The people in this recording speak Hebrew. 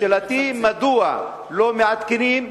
שאלתי היא: מדוע לא מעדכנים,